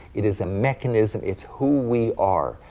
it is a mechanism, it's who we are.